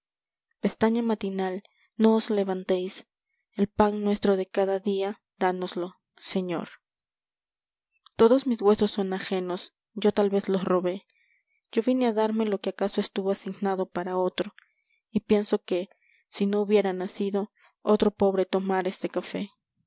pestaña matinal no os levantéis el pan nuestro de cada día dánoslo señor todos mis huesos son ajenos yo talvez los robé yo vine a darme lo que acaso estuvo asignado para otro y pienso que si no hubiera nacido otro pobre tomara este café